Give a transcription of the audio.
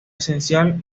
esencial